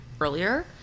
earlier